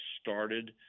started